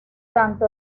tanto